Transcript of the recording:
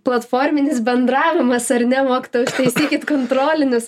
platforminis bendravimas ar ne mokytojau ištaisykit kontrolinius